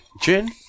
Gin